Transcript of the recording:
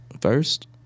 first